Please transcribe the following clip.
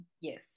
Yes